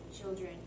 children